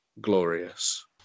Glorious